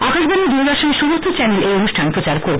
আকাশবাণী ও দুরদর্শনের সমস্ত চ্যানেল এই অনুষ্ঠান প্রচার করবে